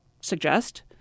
suggest